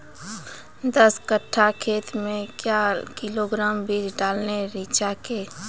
दस कट्ठा खेत मे क्या किलोग्राम बीज डालने रिचा के?